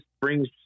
brings